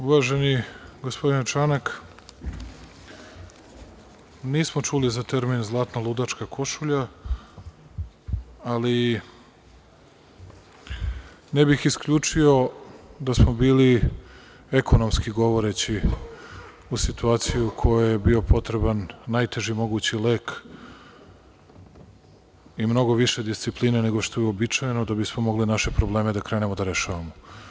Uvaženi gospodine Čanak, nismo čuli za termin „zlatno ludačka košulja“, ali ne bih isključio da smo bili, ekonomski govoreći u situaciji u kojoj je bio potreban najteži mogući lek i mnogo više discipline nego što je uobičajeno da bismo mogli naše probleme da krenemo da rešavamo.